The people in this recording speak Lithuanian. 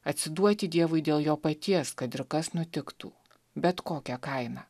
atsiduoti dievui dėl jo paties kad ir kas nutiktų bet kokia kaina